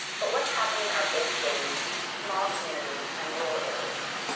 but what's happening in our big cities, small communities, and rural areas?